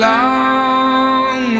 long